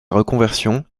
reconversion